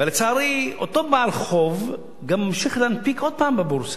ולצערי, אותו בעל חוב גם ממשיך להנפיק שוב בבורסה.